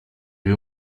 you